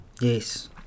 Yes